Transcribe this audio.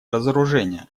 разоружения